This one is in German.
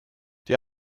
die